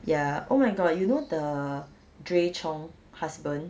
ya oh my god you know the drea chong husband